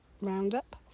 roundup